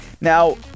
Now